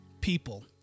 people